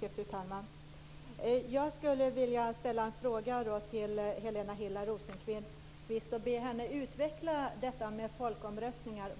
Fru talman! Jag skulle vilja ställa en fråga till Helena Hillar Rosenqvist och be henne utveckla vad Miljöpartiet i samband med folkomröstningar